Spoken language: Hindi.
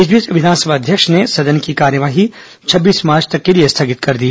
इस बीच विधानसभा अध्यक्ष ने सदन की कार्यवाही छब्बीस मार्च तक के लिए स्थगित कर दी